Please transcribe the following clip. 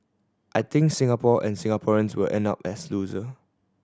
I think Singapore and Singaporeans will end up as loser